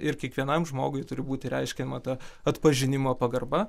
ir kiekvienam žmogui turi būti reiškiama ta atpažinimo pagarba